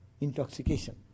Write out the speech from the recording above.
intoxication